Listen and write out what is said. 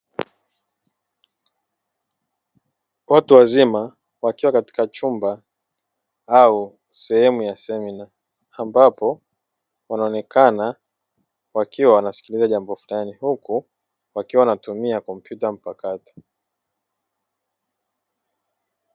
Watu wazima wakiwa katika chumba au sehemu ya semina ambapo wanaonekana wakiwa wanasikiliza jambo fulani huku wakiwa wanatumia kompyuta mpakato.